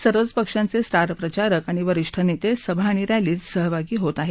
सर्वच पक्षांचे स्टार प्रचारक आणि वरीष्ठ नेते सभा आणि रॅलीत सहभागी होत आहेत